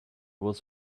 was